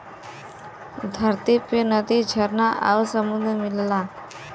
धरती पे नदी झरना आउर सुंदर में मिलला